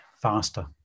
faster